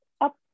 up